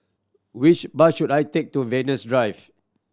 which bus should I take to Venus Drive